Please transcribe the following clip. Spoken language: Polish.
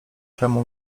czemu